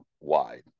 wide